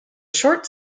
short